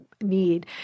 need